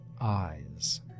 eyes